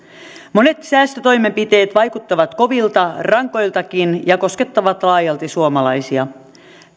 monet säästötoimenpiteet vaikuttavat kovilta rankoiltakin ja koskettavat laajalti suomalaisia